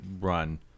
run